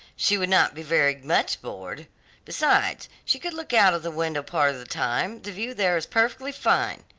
she would not be very much bored besides she could look out of the window part of the time, the view there is perfectly fine,